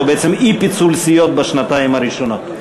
או בעצם אי-פיצול סיעות בשנתיים הראשונות.